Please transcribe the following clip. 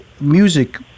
music